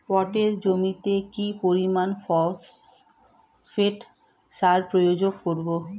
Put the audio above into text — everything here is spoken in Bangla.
পাটের জমিতে কি পরিমান ফসফেট সার প্রয়োগ করব?